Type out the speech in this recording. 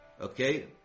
okay